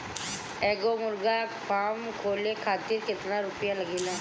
एगो मुर्गी फाम खोले खातिर केतना रुपया लागेला?